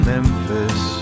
Memphis